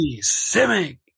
Simic